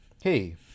hey